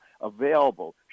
available